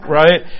right